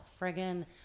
friggin